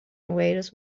invaders